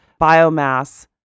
biomass